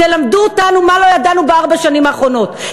תלמדו אותנו מה לא ידענו בארבע השנים האחרונות,